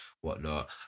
whatnot